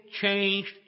changed